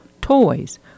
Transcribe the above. toys